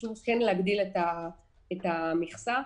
חשוב להגדיל את המכסה.